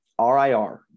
RIR